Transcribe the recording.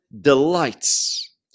delights